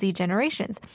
generations